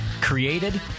created